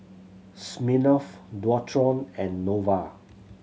Smirnoff Dualtron and Nova